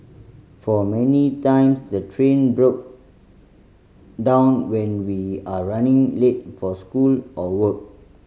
for many times the train broke down when we are running late for school or work